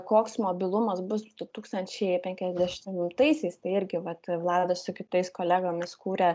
koks mobilumas bus du tūkstančiai penkiasdešimtaisiais tai irgi vat vladas su kitais kolegomis kūrė